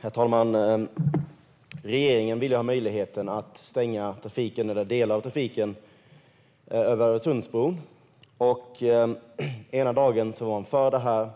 Herr talman! Regeringen ville ha möjligheten att stänga trafiken eller delar av trafiken över Öresundsbron. Ena dagen var man för det här,